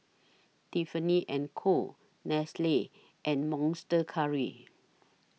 Tiffany and Co Nestle and Monster Curry